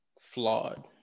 flawed